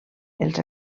els